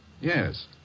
Yes